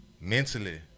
mentally